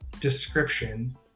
description